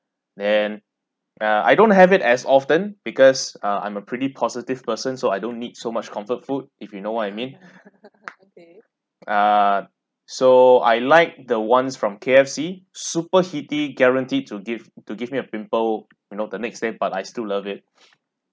and uh I don't have it as often because uh I'm a pretty positive person so I don't need so much comfort food if you know what I mean ah so I like the ones from K_F_C super heaty guarantee to give to give me a pimple you know the next day but I still love it